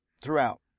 Throughout